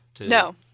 No